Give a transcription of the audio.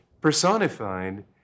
personified